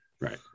Right